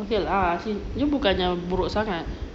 okay lah dia bukannya buruk sangat